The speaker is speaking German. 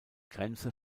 grenze